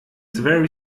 very